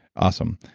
awesome.